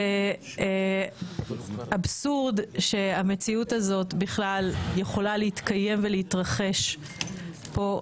זה אבסורד שהמציאות הזאת בכלל יכולה להתקיים ולהתרחש פה.